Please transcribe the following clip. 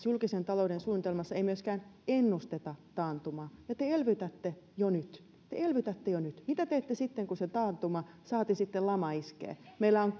julkisen talouden suunnitelmassa ei myöskään ennusteta taantumaa ja te elvytätte jo nyt te elvytätte jo nyt mitä teette sitten kun se taantuma saati sitten lama iskee meillä on